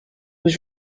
was